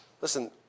Listen